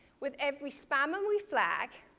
with every spammer we flag,